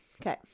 Okay